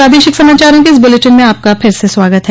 प्रादेशिक समाचारों के इस बुलेटिन में आपका फिर से स्वागत है